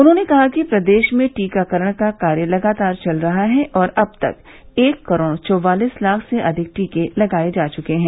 उन्होंने कहा कि प्रदेश में टीकाकरण का कार्य लगातार चल रहा है और अब तक एक करोड़ चौवालीस लाख से अधिक टीके लगाये जा चुके हैं